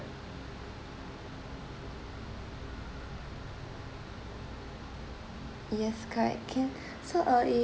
yes correct can so uh if